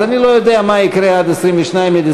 אני לא יודע מה יקרה עד 22 בדצמבר,